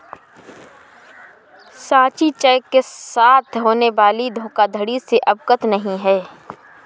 साक्षी cheque के साथ होने वाली धोखाधड़ी से अवगत नहीं है